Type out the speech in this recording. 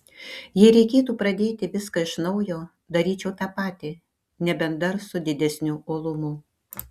jei reikėtų pradėti viską iš naujo daryčiau tą patį nebent dar su didesniu uolumu